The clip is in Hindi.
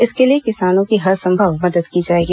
इसके लिए किसानों की हर संभव मदद दी जाएगी